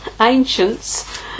ancients